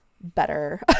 better